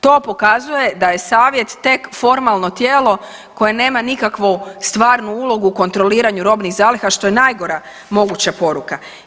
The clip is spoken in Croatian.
To pokazuje da je savjet tek formalno tijelo koje nema nikakvu stvarnu ulogu u kontroliranju robnih zaliha što je najgora moguća poruka.